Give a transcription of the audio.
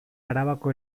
arabako